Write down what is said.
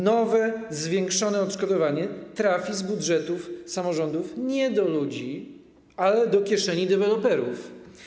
Nowe, zwiększone odszkodowanie nie trafi z budżetów samorządów do ludzi, ale do kieszeni deweloperów.